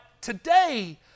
today